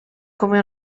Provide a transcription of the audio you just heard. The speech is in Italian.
come